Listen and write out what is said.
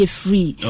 free